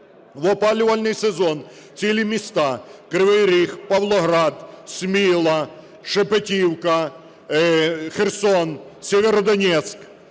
в опалювальний сезон, цілі міста: Кривий Ріг, Павлоград, Сміла, Шепетівка, Херсон, Сєвєродонецк,